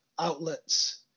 outlets